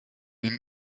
ihn